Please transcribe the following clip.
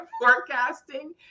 forecasting